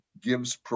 gives